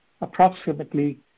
approximately